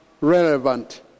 relevant